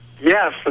Yes